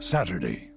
Saturday